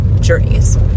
journeys